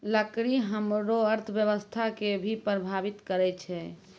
लकड़ी हमरो अर्थव्यवस्था कें भी प्रभावित करै छै